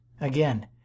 Again